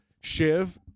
Shiv